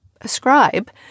ascribe